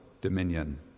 dominion